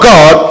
God